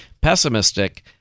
Pessimistic